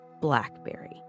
BlackBerry